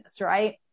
right